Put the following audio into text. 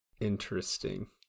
Interesting